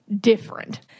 different